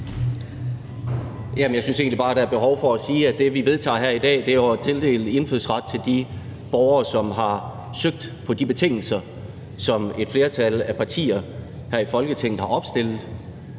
Jeg synes egentlig bare, der er behov for at sige, at det, vi vedtager her i dag, er at tildele indfødsret til de borgere, som har søgt på de betingelser, som et flertal af partier her i Folketinget har opstillet.